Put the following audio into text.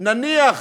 נניח